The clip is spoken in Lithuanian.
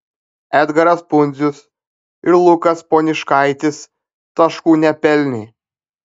edgaras pundzius ir lukas poniškaitis taškų nepelnė